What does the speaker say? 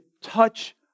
touch